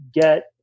get